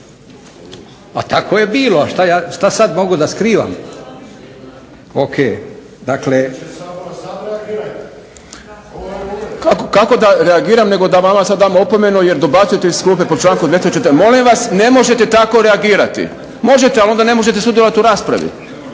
Tako je bilo, što sada ja mogu da skrivam. Ok. **Šprem, Boris (SDP)** Kako da reagiram nego da vama sada dam opomenu jer dobacujete iz klupe po članku … molim vas ne možete tako reagirati. Možete ali onda ne možete sudjelovati u raspravi.